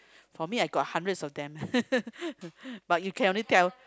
for me I got hundreds of them but you can only tell